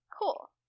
Cool